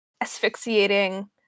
asphyxiating